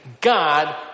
God